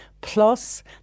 plus